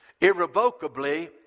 irrevocably